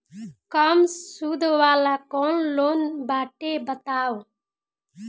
कम सूद वाला कौन लोन बाटे बताव?